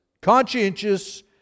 conscientious